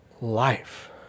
life